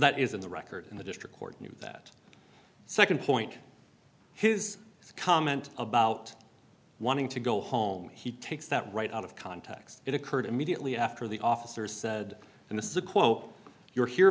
that is in the record in the district court that nd point his comment about wanting to go home he takes that right out of context it occurred immediately after the officer said and this is a quote you're here